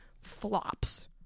flops